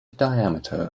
diameter